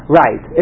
right